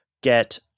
get